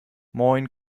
moin